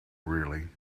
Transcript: really